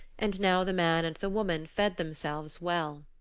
and now the man and the woman fed themselves well.